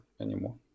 anymore